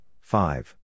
five